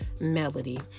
melody